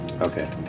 Okay